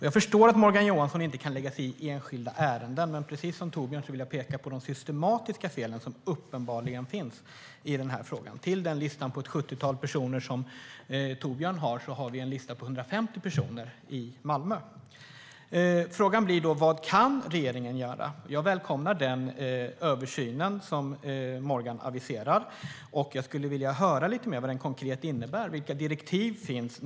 Jag förstår att Morgan Johansson inte kan lägga sig i enskilda ärenden, men precis som Torbjörn vill jag peka på de systematiska fel som uppenbarligen finns i den här frågan. Utöver den lista med ett sjuttiotal personer som Torbjörn har finns det en lista med 150 personer i Malmö. Frågan blir då: Vad kan regeringen göra? Jag välkomnar den översyn som Morgan aviserar. Jag skulle vilja höra lite mer vad den konkret innebär. Vilka direktiv finns?